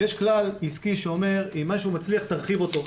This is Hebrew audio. יש כלל עסקי שאומר, אם משהו מצליח, תרחיב אותו.